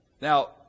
Now